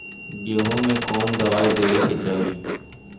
गेहूँ मे कवन दवाई देवे के चाही?